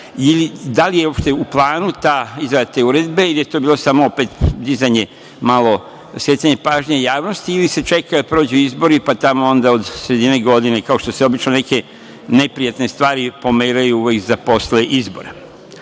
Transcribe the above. li je uopšte u planu ta izrada te uredbe ili je to bilo samo opet dizanje, skretanje pažnje javnosti ili se čeka da prođu izbori, pa tamo onda od sredine godine, kao što se obično neke neprijatne stvari pomeraju uvek za posle izbora. Moje